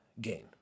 gain